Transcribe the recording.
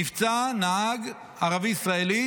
נפצע נהג ערבי ישראלי